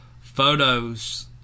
photos